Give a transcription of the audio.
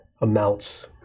amounts